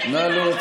גנב, רמאי, שקרן.